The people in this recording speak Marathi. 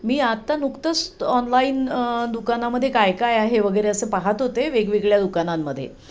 मी आत्ता नुकतंच ऑनलाईन दुकानामध्ये काय काय आहे वगैरे असं पाहत होते वेगवेगळ्या दुकानांमध्ये